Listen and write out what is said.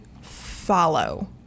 follow